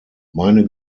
meine